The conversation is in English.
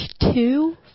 two